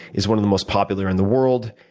is one of the most popular in the world.